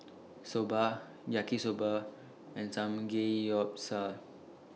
Soba Yaki Soba and Samgeyopsal